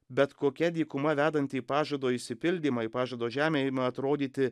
bet kokia dykuma vedanti į pažado išsipildymą į pažado žemę ima atrodyti